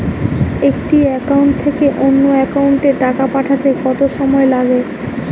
একটি একাউন্ট থেকে অন্য একাউন্টে টাকা পাঠাতে কত সময় লাগে?